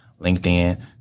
LinkedIn